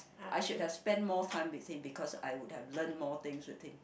I should have spent more time with him because I would have learn more things with him